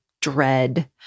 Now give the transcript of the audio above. dread